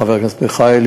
חבר הכנסת מיכאלי,